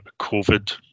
COVID